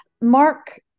Mark